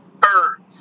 birds